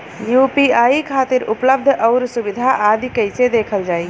UPI खातिर उपलब्ध आउर सुविधा आदि कइसे देखल जाइ?